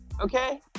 Okay